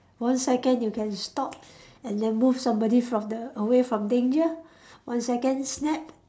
one second you can stop and then move somebody from the away from danger one second snap